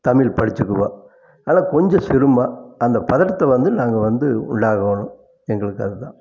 தமிழ் படிச்சுக்குவோம் ஆனால் கொஞ்சம் சிரமமாக அந்த பதட்டத்தை வந்து நாங்கள் வந்து உள்ளாரவோணும் எங்களுக்கு அது தான்